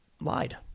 lied